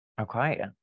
Okay